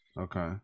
Okay